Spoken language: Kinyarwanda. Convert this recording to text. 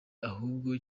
ahubwo